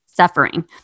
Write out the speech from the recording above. Suffering